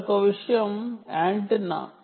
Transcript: మరొక విషయం యాంటెన్నా